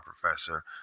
professor